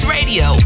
Radio